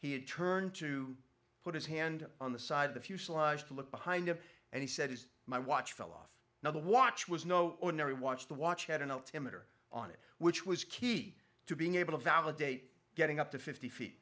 he had turned to put his hand on the side of the fuselage to look behind him and he said is my watch fell off now the watch was no ordinary watch the watch had an altimeter on it which was key to being able to validate getting up to fifty feet